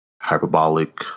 Hyperbolic